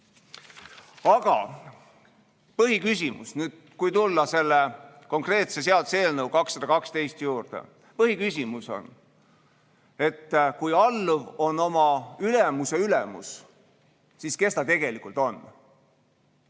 nüüd põhiküsimus. Kui tulla selle konkreetse seaduseelnõu 212 juurde, siis põhiküsimus on see: kui alluv on oma ülemuse ülemus, siis kes ta tegelikult on?